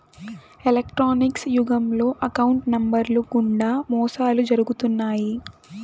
electronics యుగంలో account నెంబర్లు గుండా మోసాలు జరుగుతున్నాయి